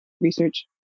research